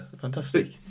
fantastic